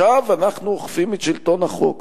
עכשיו אנחנו אוכפים את שלטון החוק,